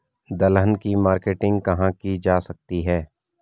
दलहन की मार्केटिंग कहाँ की जा सकती है?